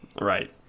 right